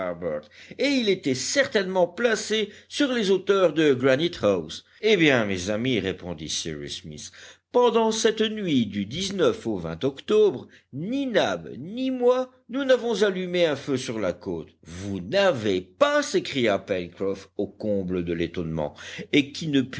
et il était certainement placé sur les hauteurs de granite house eh bien mes amis répondit cyrus smith pendant cette nuit du au octobre ni nab ni moi nous n'avons allumé un feu sur la côte vous n'avez pas s'écria pencroff au comble de l'étonnement et qui ne